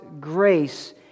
grace